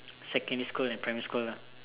secondary school and primary school lah